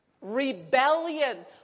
rebellion